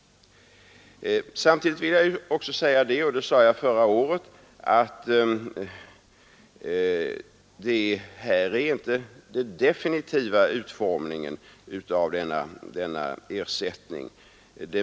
Samtidigt vill jag säga — och det sade jag också förra året — att denna ersättning inte har fått sin definitiva utformning.